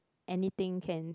anything can